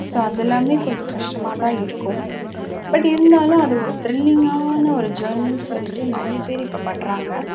so அதெல்லாமே கொஞ்சம் கஷ்டமாக தான் இருக்கும் பட் இருந்தாலும் அது ஒரு த்ரில்லிங்கான ஒரு ஜர்னின்னு சொல்லிகிட்டு நிறைய பேர் இப்போ பண்ணுறாங்க